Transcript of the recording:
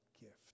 gift